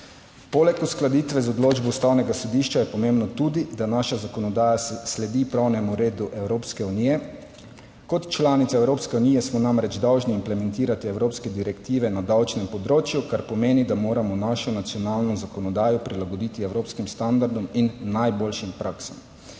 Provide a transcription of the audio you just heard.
Poleg uskladitve z odločbo Ustavnega sodišča je pomembno tudi, da naša zakonodaja sledi pravnemu redu Evropske unije. Kot članica Evropske unije smo namreč dolžni implementirati evropske direktive na davčnem področju, kar pomeni, da moramo našo nacionalno zakonodajo prilagoditi evropskim standardom in najboljšim praksam.